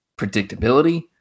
predictability